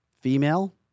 Female